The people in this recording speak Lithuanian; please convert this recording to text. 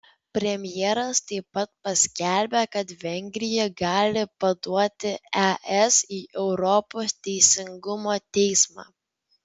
premjeras taip pat paskelbė kad vengrija gali paduoti es į europos teisingumo teismą